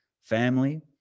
family